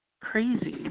crazy